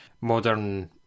Modern